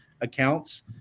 accounts